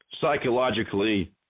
psychologically